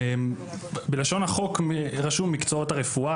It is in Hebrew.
בלשון החוק רשום מקצועות הרפואה,